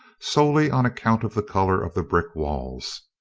solely on account of the color of the brick walls.